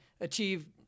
achieve